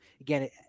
again